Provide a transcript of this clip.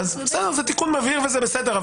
זה תיקון מבהיר וזה בסדר,